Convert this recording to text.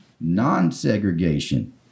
non-segregation